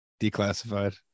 Declassified